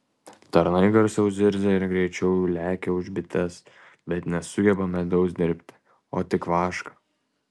tranai garsiau zirzia ir greičiau lekia už bites bet nesugeba medaus dirbti o tik vašką